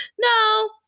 no